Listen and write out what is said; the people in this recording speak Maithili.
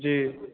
जी